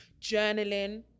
Journaling